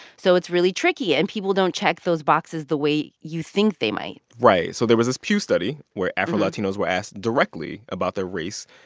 so it's really tricky. and people don't check those boxes the way you think they might right. so there was this pew study where afro-latinos were asked directly about their race.